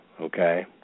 okay